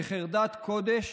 בחרדת קודש